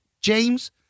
James